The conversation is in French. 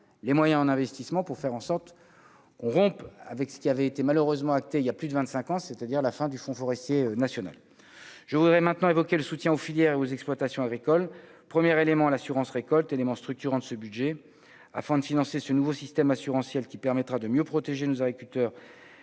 les moyens en investissement pour faire en sorte qu'on rompe avec ce qui avait été malheureusement acté il y a plus de 25 ans, c'est-à-dire la fin du Fonds forestier national. Je voudrais maintenant évoquer le soutien aux filières et aux exploitations agricoles, première éléments l'assurance-récolte élément structurant de ce budget afin de financer ce nouveau système assurantiel qui permettra de mieux protéger nos agriculteurs